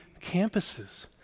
campuses